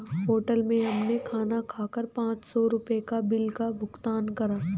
hotel में हमने खाना खाकर पाँच सौ रुपयों के बिल का भुगतान करा